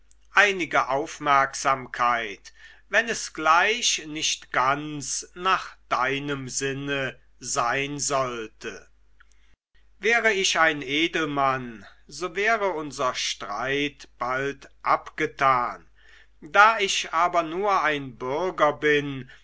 einige aufmerksamkeit wenn es gleich nicht ganz nach deinem sinne sein sollte wäre ich ein edelmann so wäre unser streit bald abgetan da ich aber nur ein bürger bin